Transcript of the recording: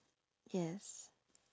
yes